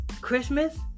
Christmas